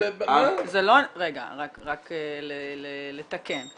רק לתקן.